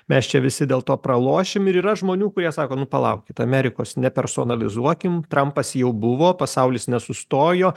mes čia visi dėl to pralošim ir yra žmonių kurie sako nu palaukit amerikos ne personalizuokim trampas jau buvo pasaulis nesustojo